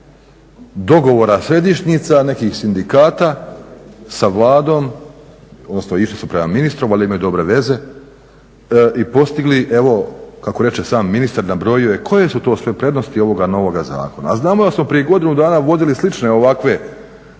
dogovora središnjica nekih sindikata sa Vladom odnosno išli su prema ministru, valjda imaju dobre veze, i postigli evo kako reče sam ministar nabrojio je koje su to sve prednosti ovoga novoga zakona. A znamo da smo prije godinu dana vodili slične ovakve